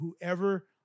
whoever